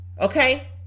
Okay